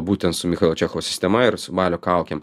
būtent su michalo čechovo sistema ir su balio kaukėm